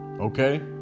Okay